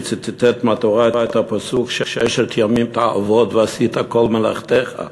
שציטט מהתורה את הפסוק: "ששת ימים תעבֹד ועשית כל מלאכתך",